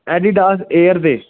Adidas air ਦੇ